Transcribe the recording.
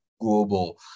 global